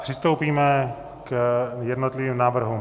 Přistoupíme k jednotlivým návrhům.